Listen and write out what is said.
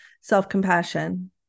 Self-compassion